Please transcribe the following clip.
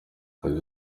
yagize